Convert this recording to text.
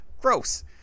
gross